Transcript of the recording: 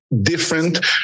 different